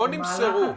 נכון,